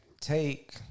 take